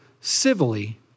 civilly